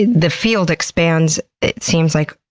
the field expands, it seems like,